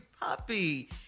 puppy